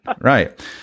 right